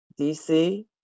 DC